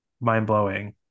mind-blowing